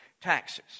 taxes